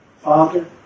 Father